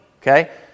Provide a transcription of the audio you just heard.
okay